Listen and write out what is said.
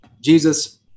Jesus